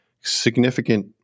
significant